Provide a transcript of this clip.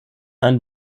ein